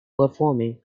performing